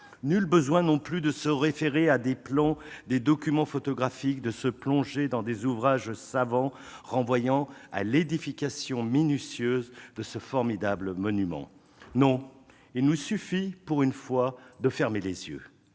Nul besoin non plus de se référer à des plans ou à des documents photographiques, de se plonger dans des ouvrages savants renvoyant à l'édification minutieuse de ce formidable monument. Non, il nous suffit pour une fois de fermer les yeux.